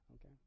Okay